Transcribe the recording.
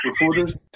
reporters